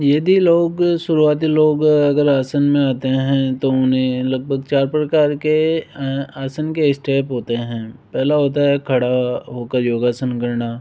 यदि लोग शुरुआती लोग अगर आसन में आते हैं तो उन्हें लगभग चार प्रकार के आसन के स्टेप होते है पहला होता है खड़ा होकर योगासन करना